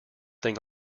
thing